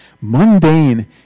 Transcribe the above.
mundane